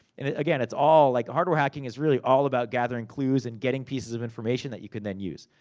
and again, it's all. like, hardware hacking is really all about gathering clues, and getting pieces of information that you can then use.